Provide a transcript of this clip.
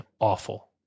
awful